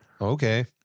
Okay